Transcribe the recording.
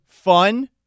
Fun